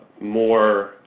more